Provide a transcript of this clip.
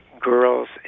girls